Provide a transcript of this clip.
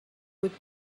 would